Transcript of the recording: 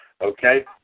Okay